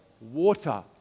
Water